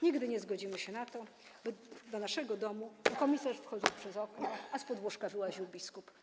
Nigdy nie zgodzimy się na to, by do naszego domu: komisarz wchodził przez okno, a spod łóżka wyłaził biskup.